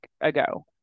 ago